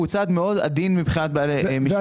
והוא צעד מאוד עדין מבחינת בעלי --- לא